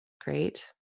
Great